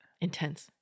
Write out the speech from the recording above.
intense